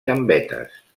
gambetes